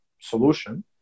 solution